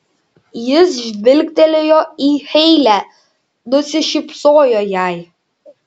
jis žvilgtelėjo į heile nusišypsojo jai